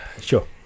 Sure